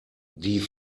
die